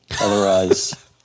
Otherwise